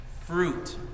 fruit